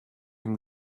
him